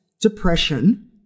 depression